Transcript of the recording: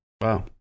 Wow